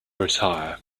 retire